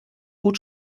gut